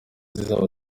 zizaba